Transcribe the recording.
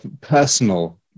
personal